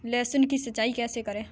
लहसुन की सिंचाई कैसे करें?